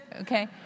okay